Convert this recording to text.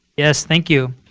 yes, thank you.